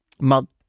month